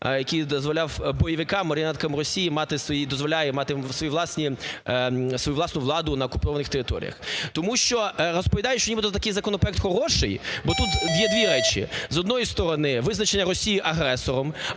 свої… дозволяє мати свої власні… свою власну владу на окупованих територіях. Тому що, розповідаючи, що нібито такий законопроект хороший, бо тут є дві речі: з одної сторони, визначення Росії агресором,